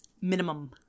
Minimum